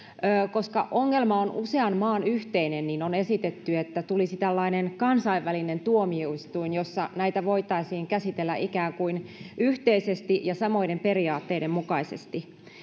koska ongelma on usean maan yhteinen on esitetty että tulisi tällainen kansainvälinen tuomioistuin jossa näitä voitaisiin käsitellä ikään kuin yhteisesti ja samojen periaatteiden mukaisesti